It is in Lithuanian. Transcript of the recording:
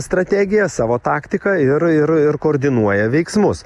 strategiją savo taktiką ir ir ir koordinuoja veiksmus